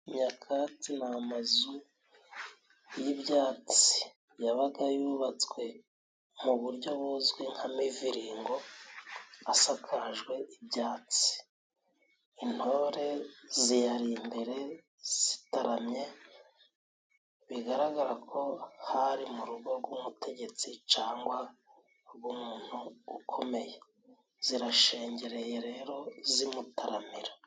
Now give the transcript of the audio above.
Nyakatsi ni amazu y'ibyatsi yabaga yubatswe mu buryo buzwi nka miviringo asakajwe ibyatsi. Intore ziyari imbere zitaramye bigaragara ko hari mu rugo rw'umutegetsi cangwa rw'umuntu ukomeye, zirashengereye rero zimutaramira.